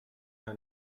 her